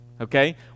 okay